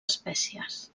espècies